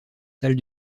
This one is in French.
salle